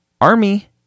Army